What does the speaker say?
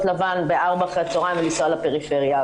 לוואן בארבע אחרי הצהריים ולנסוע לפריפריה,